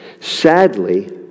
Sadly